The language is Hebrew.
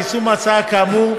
ליישום ההצעה כאמור,